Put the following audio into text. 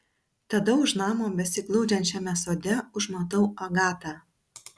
tada už namo besiglaudžiančiame sode užmatau agatą